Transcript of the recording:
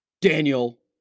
Daniel